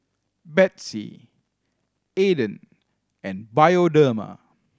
Betsy Aden and Bioderma